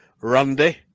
randy